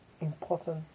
important